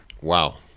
Wow